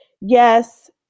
Yes